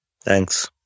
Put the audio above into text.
Thanks